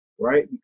right